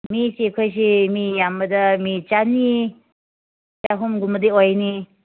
ꯃꯤꯁꯤ ꯑꯩꯈꯣꯏꯁꯤ ꯃꯤ ꯌꯥꯝꯕꯗ ꯃꯤ ꯆꯅꯤ ꯆꯍꯨꯝꯒꯨꯝꯕꯗꯤ ꯑꯣꯏꯅꯤ